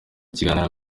kiganiro